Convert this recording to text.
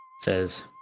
says